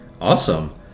Awesome